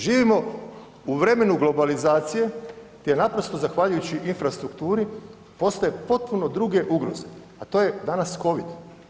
Živimo u vremenu globalizacije gdje naprosto zahvaljujući infrastrukturi postoje potpuno druge ugroze, a to je danas covid.